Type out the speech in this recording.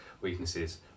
weaknesses